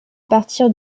partir